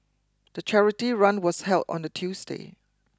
the charity run was held on a Tuesday